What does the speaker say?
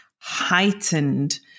heightened